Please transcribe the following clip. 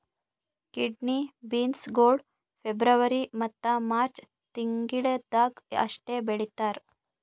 kidney beans ಗೊಳ್ February ಮತ್ತ March ತಿಂಗಿಳದಾಗ್ ಅಷ್ಟೆ ಬೆಳೀತಾರ್